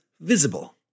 visible